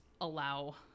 allow